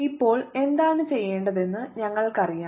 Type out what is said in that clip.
ഇപ്പോൾ എന്താണ് ചെയ്യേണ്ടതെന്ന് ഞങ്ങൾക്കറിയാം